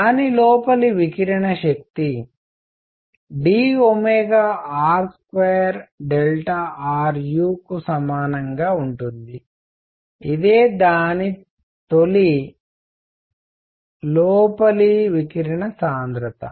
దాని లోపలి వికిరణ శక్తి d r2ruకు సమానంగా ఉంటుంది ఇదే దాని లోపలి వికిరణ సాంద్రత